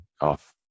off